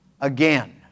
again